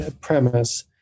premise